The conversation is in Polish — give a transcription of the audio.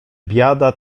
biada